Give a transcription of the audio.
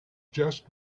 just